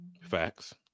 Facts